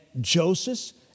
Joseph